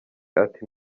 ati